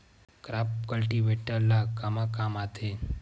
Crop cultivator ला कमा काम आथे?